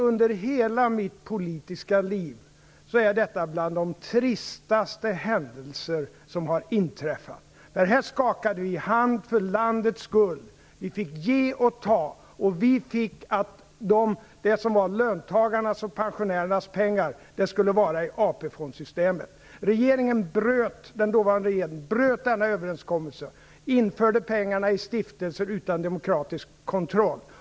Under hela mitt politiska liv är detta bland de tristaste händelser som har inträffat. Vi skakade hand för landets skull. Vi fick ge och ta. Vi fick igenom att det som var löntagarnas och pensionärernas pengar skulle ligga i AP-fondssystemet. Den dåvarande regeringen bröt denna överenskommelse och införde pengarna i stiftelser utan demokratisk kontroll.